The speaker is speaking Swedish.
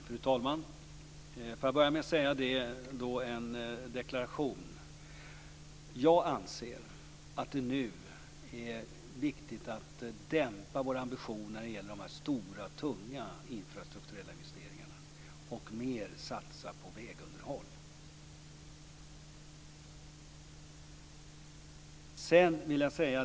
Fru talman! Jag skall börja med en deklaration. Jag anser att det nu är viktigt att dämpa våra ambitioner när det gäller de stora, tunga infrastrukturella investeringarna och mer satsa på vägunderhåll.